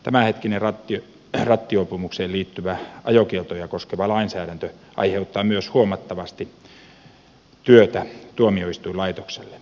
tämänhetkinen rattijuopumukseen liittyvä ajokieltoja koskeva lainsäädäntö aiheuttaa myös huomattavasti työtä tuomioistuinlaitokselle